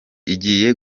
igiye